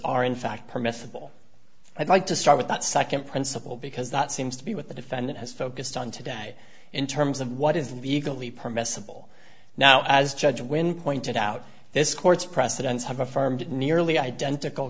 are in fact permissible i'd like to start with that second principle because that seems to be with the defendant has focused on today in terms of what is the equally permissible now as judge when pointed out this court's precedents have affirmed nearly identical